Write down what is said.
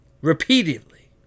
repeatedly